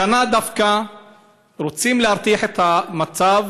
השנה דווקא רוצים להרתיח את המצב,